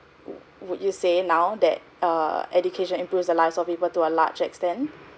wou~ would you say now that err education improves the lives of people to a large extent